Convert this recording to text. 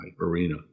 arena